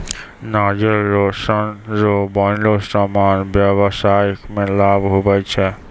नारियल रो सन रो बनलो समान व्याबसाय मे लाभ हुवै छै